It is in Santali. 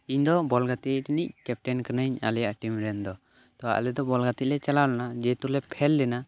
ᱤᱧ ᱫᱚ ᱵᱚᱞ ᱜᱟᱛᱮ ᱨᱮᱱᱤᱡ ᱠᱮᱯᱴᱮᱱ ᱠᱟᱹᱱᱟᱹᱧ ᱟᱞᱮᱭᱟᱜ ᱴᱤᱢ ᱨᱮᱱ ᱫᱚ ᱛᱚ ᱟᱞᱮ ᱫᱚ ᱵᱚᱞ ᱜᱟᱛᱮᱜ ᱞᱮ ᱪᱟᱞᱟᱣ ᱞᱮᱱᱟ ᱡᱮᱦᱮᱛᱩ ᱞᱮ ᱯᱷᱮᱞ ᱞᱮᱱᱟ